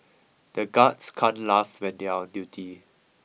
the guards can't laugh when they are on duty